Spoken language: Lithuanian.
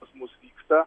pas mus vyksta